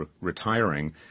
retiring